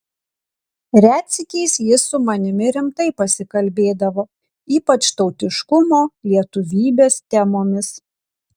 retsykiais jis su manimi rimtai pasikalbėdavo ypač tautiškumo lietuvybės temomis